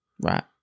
Right